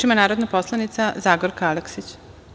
Reč ima narodna poslanica Zagorka Aleksić.